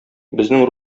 безнең